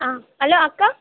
ஆ hello அக்கா